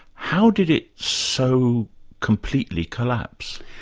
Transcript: how did it so completely collapse?